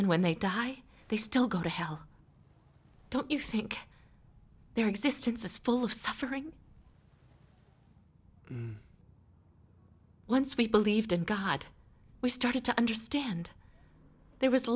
and when they die they still go to hell don't you think their existence is full of suffering once we believed in god we started to understand there was